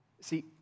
See